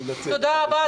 תודה רבה,